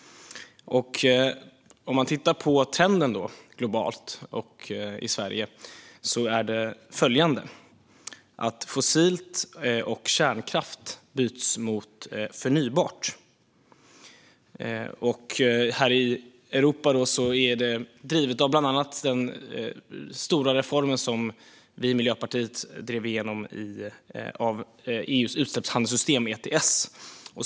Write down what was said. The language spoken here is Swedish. Man kan titta på trenden globalt och i Sverige. Fossil energi och kärnkraftsenergi byts mot förnybar energi. Här i Europa drivs det av bland annat den stora reform av EU:s utsläppshandelssystem, ETS, som vi i Miljöpartiet drev igenom.